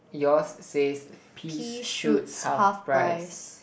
yours says peas shoots half price